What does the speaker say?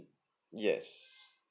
yes